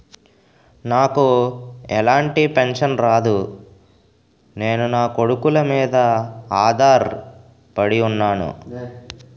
నాకు ఎలాంటి పెన్షన్ రాదు నేను నాకొడుకుల మీద ఆధార్ పడి ఉన్నాను